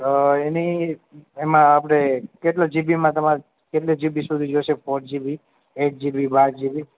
એની એમાં આપણે કેટલાં જી બીમાં તમારે કેટલાં જી બી સુધી જોઇશે four GB eight GB બાર જી બી